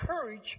courage